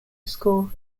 school